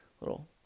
little